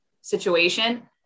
situation